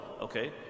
okay